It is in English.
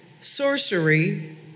sorcery